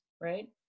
right